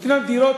נותנים להם דירות